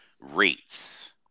rates